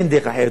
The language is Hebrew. אין דרך אחרת.